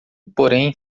porém